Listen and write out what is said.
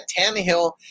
Tannehill